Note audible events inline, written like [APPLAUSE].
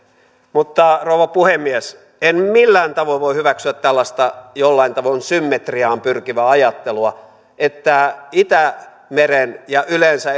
mutta rouva puhemies en millään tavoin voi hyväksyä tällaista jollain tavoin symmetriaan pyrkivää ajattelua että itämeren ja yleensä [UNINTELLIGIBLE]